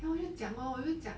then 我就讲 lor 我就讲